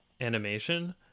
animation